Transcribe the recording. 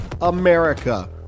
America